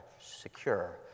secure